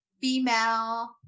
female